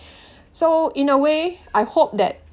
so in a way I hope that